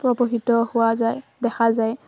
হোৱা যায় দেখা যায়